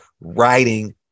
writing